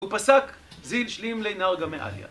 ופסק: "זיל שלים ליה נרגא מעליא"